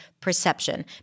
perception